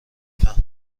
فهمه